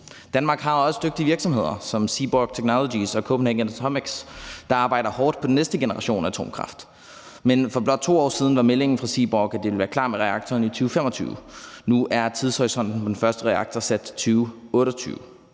Danmark har også dygtige virksomheder som Seaborg Technologies og Copenhagen Atomics, der arbejder hårdt på den næste generation af atomkraft. Men for blot 2 år siden var meldingen fra Seaborg Technologies, at de ville være klar med reaktoren i 2025. Nu er tidshorisonten for den første reaktor sat til 2028,